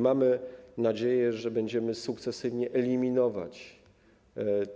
Mamy nadzieję, że będziemy sukcesywnie eliminować